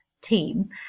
team